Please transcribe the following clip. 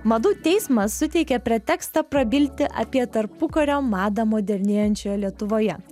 madų teismas suteikė pretekstą prabilti apie tarpukario madą modernėjančioje lietuvoje